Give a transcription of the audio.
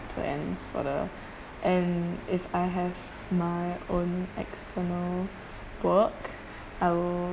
plans for the and if I have my own external work I will